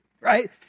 right